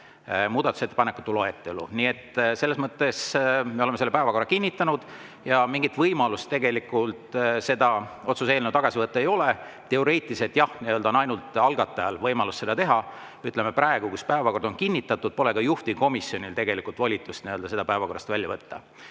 muudatusettepanekute loetellu. Me oleme päevakorra kinnitanud ja mingit võimalust seda otsuse eelnõu tagasi võtta ei ole. Teoreetiliselt, jah, on ainult algatajal võimalus seda teha. Praegu, kui päevakord on kinnitatud, pole ka juhtivkomisjonil tegelikult volitust seda päevakorrast välja võtta.